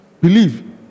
believe